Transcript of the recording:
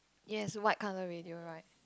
yes white colour radio right